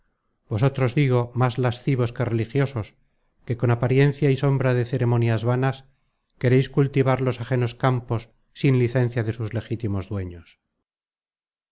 vosotros digo más lascivos que religiosos que con apariencia y sombra de ceremonias vanas quereis cultivar los ajenos campos sin licencia de sus legítimos dueños